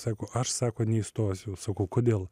sako aš sako neįstosiu sakau kodėl